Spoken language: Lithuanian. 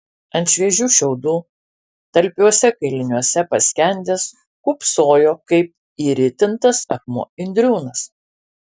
o ant šviežių šiaudų talpiuose kailiniuose paskendęs kūpsojo kaip įritintas akmuo indriūnas